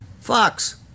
Fox